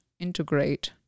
integrate